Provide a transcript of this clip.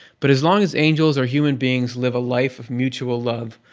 but as long as angels, or human beings, live a life of mutual love,